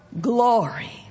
glory